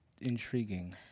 intriguing